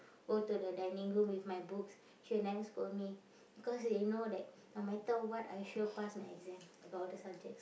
go to the dining room with my books she will never scold me because she know that no matter what I sure pass my exam about all the subjects